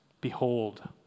behold